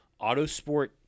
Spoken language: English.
Autosport